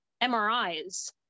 MRIs